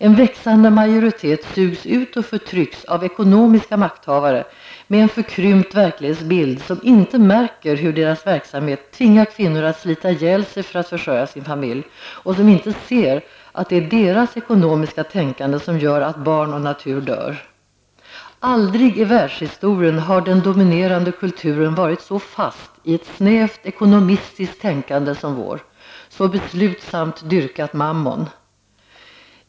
En växande majoritet sugs ut och förtrycks av ekonomiska makthavare, med en förkrympt verklighetsbild som inte märker hur deras verksamhet tvingar kvinnor att slita ihjäl sig för att försörja sin familj och som inte ser att det är deras ekonomiska tänkande som gör att barn och natur dör. Aldrig i världshistorien har den dominerande kulturen varit så fast i ett snävt ekonomistiskt tänkande som vår, så beslutsamt dyrkande Mammon.